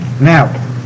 Now